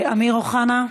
אמיר אוחנה?